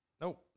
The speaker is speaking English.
nope